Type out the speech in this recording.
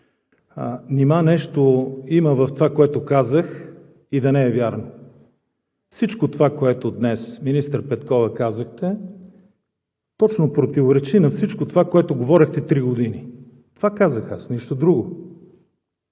има нещо в това, което казах, и да не е вярно?! Всичко това, което днес, министър Петкова, казахте, точно противоречи на всичко това, което говорихте три години. Това казах аз, нищо друго.